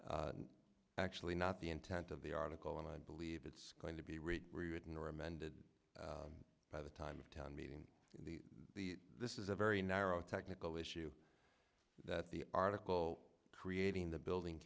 actually not the intent of the article and i believe it's going to be read written or amended by the time of town meeting the this is a very narrow technical issue that the article creating the building